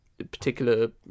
particular